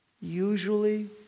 usually